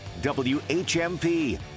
WHMP